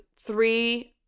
three